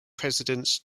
president